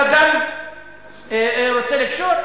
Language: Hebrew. אתה גם רוצה לקשור,